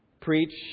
preach